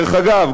דרך אגב,